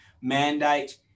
mandate